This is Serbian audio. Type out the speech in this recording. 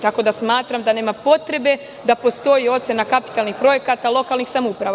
Tako da smatram da nema potrebe da postoji ocena kapitalnih projekata lokalnih samouprava.